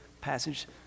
passage